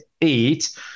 eight